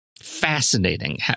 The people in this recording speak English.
fascinating